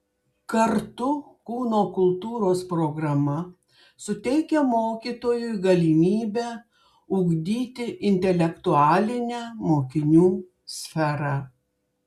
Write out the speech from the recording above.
kartu kūno kultūros programa suteikia mokytojui galimybę ugdyti intelektualinę mokinių sferą